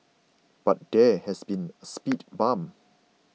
but there has been a speed bump